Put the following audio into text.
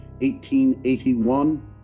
1881